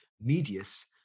Medius